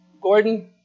Gordon